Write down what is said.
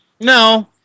No